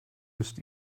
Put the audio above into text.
müsst